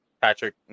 Patrick